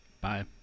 Bye